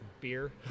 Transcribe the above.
beer